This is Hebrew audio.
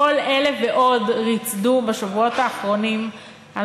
כל אלה ועוד ריצדו בשבועות האחרונים על